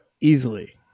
Easily